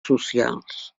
socials